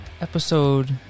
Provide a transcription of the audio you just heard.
episode